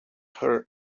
her